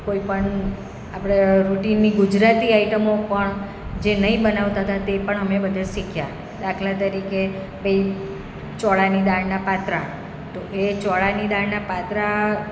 કોઈ પણ આપણે રૂટિનની ગુજરાતી આઇટમો પણ જે નહિ બનાવતા હતા તે પણ બધે શીખ્યા દાખલા તરીકે ભાઈ ચોળાની દાળના પાત્રા તો એ ચોળાની દાળના પાત્રા